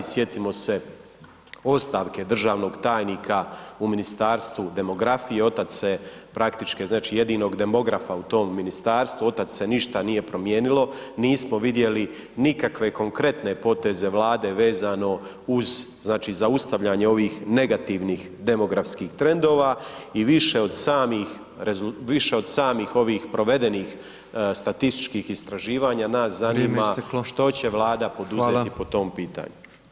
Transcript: Sjetimo se ostavke državnog tajnika u Ministarstvu demografije od tad se praktički, znači jedinog demografa u tom ministarstvu, od tad se ništa nije promijenilo, nismo vidjeli nikakve konkretne poteze Vlade vezano uz, znači zaustavljanje ovih negativnih demografskih trendova i više od samih, više od samih ovih provedenih statističkih istraživanja nas zanima [[Upadica: Vrijeme isteklo.]] što će Vlada poduzeti po tom pitanju.